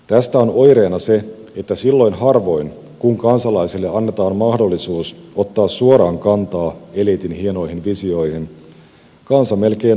tästä on oireena se että silloin harvoin kun kansalaisille annetaan mahdollisuus ottaa suoraan kantaa eliitin hienoihin visioihin kansa melkein aina äänestää väärin